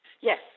Yes